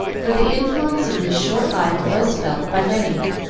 for the influence of this short life was felt by many,